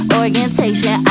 orientation